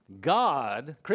God